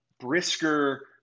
brisker